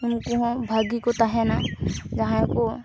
ᱩᱱᱠᱩ ᱦᱚᱸ ᱵᱷᱟᱜᱤᱠᱚ ᱛᱟᱦᱮᱱᱟ ᱡᱟᱦᱟᱸᱭ ᱠᱚ